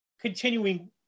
continuing